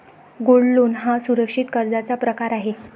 gold loan हा सुरक्षित कर्जाचा प्रकार आहे